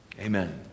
Amen